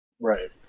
Right